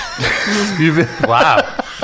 Wow